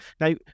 Now